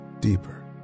deeper